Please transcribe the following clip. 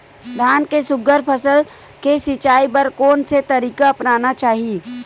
धान के सुघ्घर फसल के सिचाई बर कोन से तरीका अपनाना चाहि?